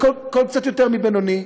וקול קצת יותר מבינוני,